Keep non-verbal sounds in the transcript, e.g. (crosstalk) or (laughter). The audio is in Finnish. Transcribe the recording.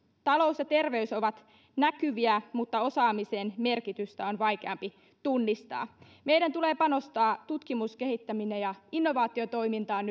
talous ja terveys ovat näkyviä mutta osaamisen merkitystä on vaikeampi tunnistaa meidän tulee panostaa nyt voimakkaasti tutkimus kehittämis ja innovaatiotoimintaan (unintelligible)